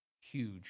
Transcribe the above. huge